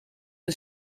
een